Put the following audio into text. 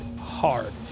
hard